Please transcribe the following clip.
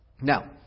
Now